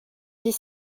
dix